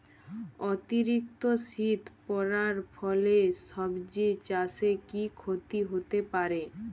অতিরিক্ত শীত পরার ফলে সবজি চাষে কি ক্ষতি হতে পারে?